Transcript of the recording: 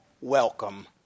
welcome